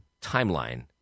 timeline